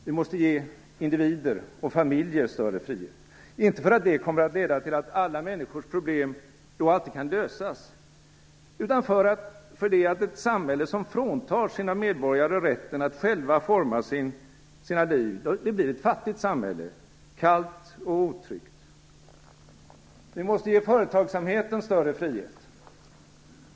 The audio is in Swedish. Vi måste ge individer och familjer större frihet. Inte för att det kommer att leda till att alla människors problem då alltid kan lösas, utan för att ett samhälle som fråntar sina medborgare rätten att själva forma sina liv blir ett fattigt samhälle - kallt och otryggt. Vi måste ge företagsamheten större frihet.